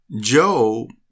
Job